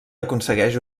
aconsegueix